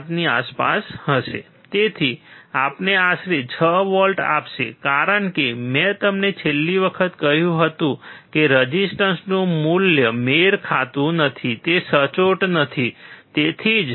5 ની આસપાસ હશે તેથી તે આપણને આશરે 6 વોલ્ટ આપશે કારણ કે મેં તમને છેલ્લી વખત કહ્યું હતું કે રેઝિસ્ટરનું મૂલ્ય મેળ ખાતું નથી તે સચોટ નથી તેથી જ